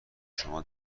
شما